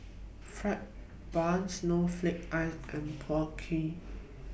Fried Bun Snowflake Ice and Png Kueh